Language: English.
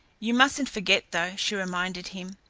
you mustn't forget, though, she reminded him,